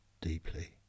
deeply